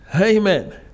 Amen